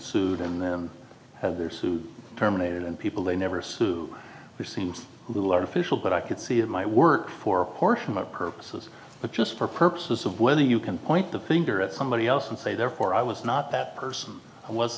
sued in them have their sued terminated and people they never sue for seems a little artificial but i could see it might work for a portion of purposes but just for purposes of whether you can point the finger at somebody else and say therefore i was not that person i was